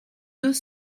deux